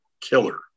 killer